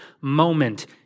moment